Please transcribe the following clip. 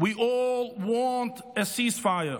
we all want a ceasefire,